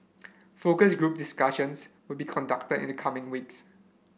focus group discussions will be conducted in the coming weeks